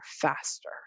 faster